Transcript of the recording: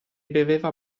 beveva